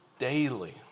Daily